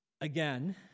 Again